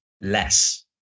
less